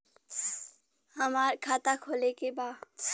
हमार खाता खोले के बा?